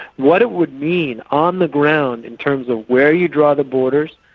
what it would mean on the ground in terms of where you draw the borders,